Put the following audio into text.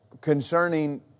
concerning